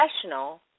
professional